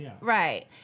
right